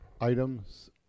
Items